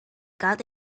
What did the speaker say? got